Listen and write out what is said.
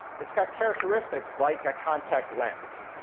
it's got characteristics like a contact lens.